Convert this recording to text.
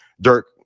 Dirk